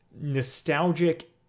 nostalgic